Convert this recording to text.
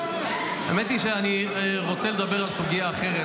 האמת היא שאני רוצה לדבר על סוגיה אחרת,